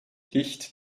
licht